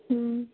ହୁଁ